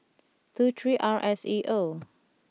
two three R S E O